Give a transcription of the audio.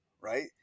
right